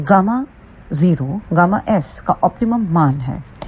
Γ0 Γs का ऑप्टिमम मान है